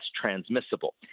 transmissible